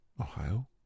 Ohio